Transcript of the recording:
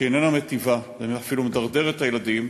שאיננה מיטיבה אלא אפילו מדרדרת את הילדים,